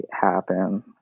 happen